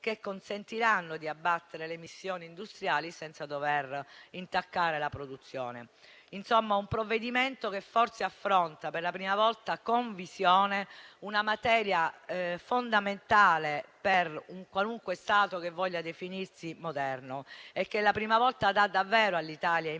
che consentiranno di abbattere le emissioni industriali senza dover intaccare la produzione. Questo è un provvedimento, in sostanza, che forse affronta per la prima volta con visione una materia fondamentale per un qualunque Stato che voglia definirsi moderno e che per la prima volta davvero dà all'Italia i mezzi per